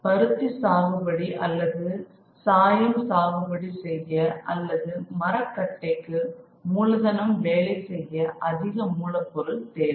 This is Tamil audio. பருத்தி சாகுபடி அல்லது சாயம் சாகுபடி செய்ய அல்லது மரக்கட்டைக்கு மூலதனம் வேலை செய்ய அதிக மூலப்பொருள் தேவை